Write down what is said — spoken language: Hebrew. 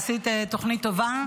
עשית תוכנית טובה.